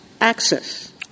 access